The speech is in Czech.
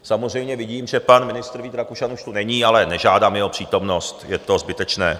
Samozřejmě vidím, že pan ministr Vít Rakušan už tu není, ale nežádám jeho přítomnost, je to zbytečné.